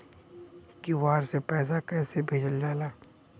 QR से पैसा कैसे भेजल जाला?